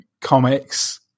comics